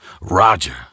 roger